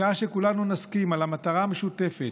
בשעה שכולנו נסכים על המטרה המשותפת,